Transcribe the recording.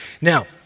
Now